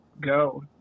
go